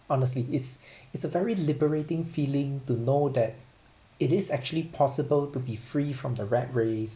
honestly it's it's a very liberating feeling to know that it is actually possible to be free from the rat race